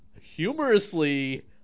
humorously